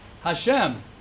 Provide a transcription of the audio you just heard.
Hashem